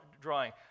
drawing